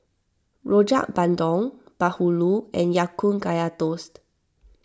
Rojak Bandung Bahulu and Ya Kun Kaya Toast